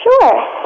Sure